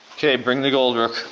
okay, bring the gold, rook.